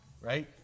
right